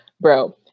Bro